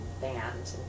band